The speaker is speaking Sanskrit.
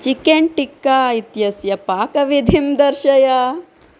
चिकेन् टिक्का इत्यस्य पाकविधिं दर्शय